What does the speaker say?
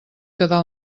quedar